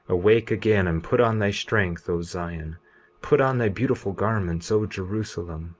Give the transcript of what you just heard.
awake again, and put on thy strength, o zion put on thy beautiful garments, o jerusalem,